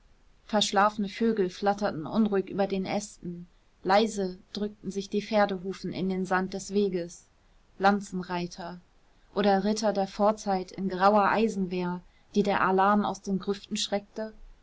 verschlafene vögel flatterten unruhig über den ästen leise drückten sich pferdehufe in den sand des wegs lanzenreiter oder ritter der vorzeit in grauer eisenwehr die der alarm aus den grüften schreckte